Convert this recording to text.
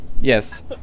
Yes